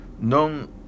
Non